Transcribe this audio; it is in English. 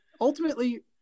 ultimately